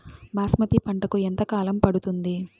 బాస్మతి పంటకు ఎంత కాలం పడుతుంది?